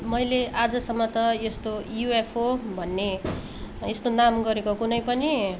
मैले आजसम्म त यस्तो युएफओ भन्ने यस्तो नाम गरेको कुनै पनि